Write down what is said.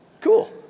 Cool